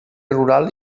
rural